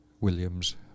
Williams